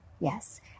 Yes